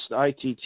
ITT